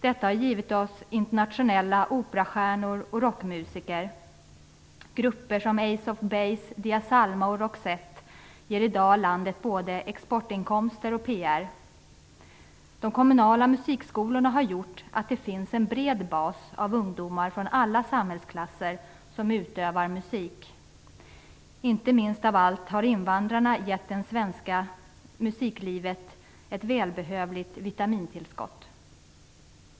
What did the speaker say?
De har givit oss internationella operastjärnor och rockmusiker. Grupper som Ace of Base, Dia Psalma och Roxette ger i dag landet både exportinkomster och PR. De kommunala musikskolorna har gjort att det finns en bred bas av ungdomar från alla samhällsklasser som utövar musik. Inte minst har invandrarna gett det svenska musiklivet ett välbehövligt vitamintillskott.